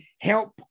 help